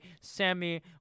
Sammy